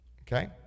Okay